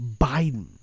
Biden